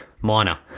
minor